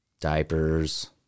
diapers